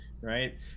right